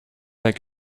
beg